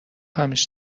همش